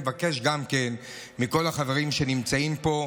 אני מבקש גם מכל החברים שנמצאים פה,